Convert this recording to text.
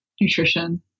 nutrition